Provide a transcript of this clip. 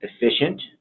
efficient